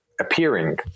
appearing